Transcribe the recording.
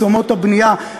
מתשומות הבנייה,